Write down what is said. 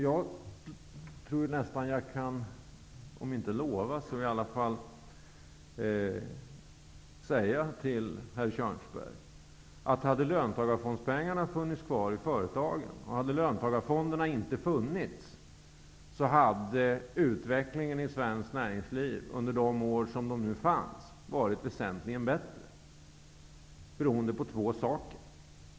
Jag tror att jag nästan kan om inte lova så i alla fall säga till herr Kjörnsberg att om löntagarfondspengarna hade funnits kvar i företagen och om löntagarfonderna inte hade funnits, hade utvecklingen i svenskt näringsliv under de år som de fanns varit väsentligen bättre. Detta har två orsaker.